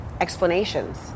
explanations